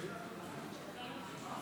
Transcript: התשפ"ד 2024,